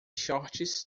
shorts